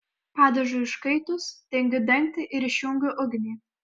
padažui užkaitus dengiu dangtį ir išjungiu ugnį